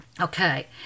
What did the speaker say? okay